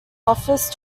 office